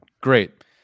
Great